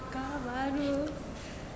kau baru